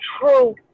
true